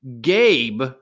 Gabe